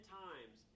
times